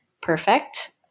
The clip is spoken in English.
perfect